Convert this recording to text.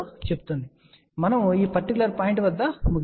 కాబట్టి మనము ఈ పర్టిక్యులర్ పాయింట్ వద్ద ముగించాము